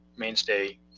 mainstay